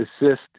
assist